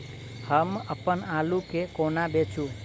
हम अप्पन आलु केँ कोना बेचू?